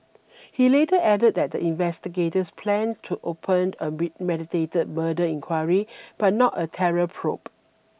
he later added that the investigators planned to open a premeditated murder inquiry but not a terror probe